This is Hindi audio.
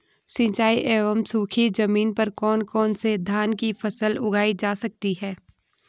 सिंचाई एवं सूखी जमीन पर कौन कौन से धान की फसल उगाई जा सकती है?